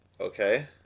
Okay